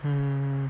mm